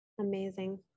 Amazing